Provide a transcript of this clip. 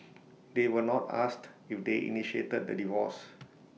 they were not asked if they initiated the divorce